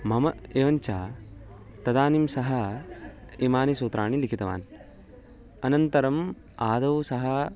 मम एवञ्च तदानीं सह इमानि सूत्राणि लिखितवान् अनन्तरम् आदौ सः